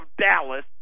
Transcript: Dallas